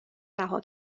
رها